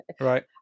Right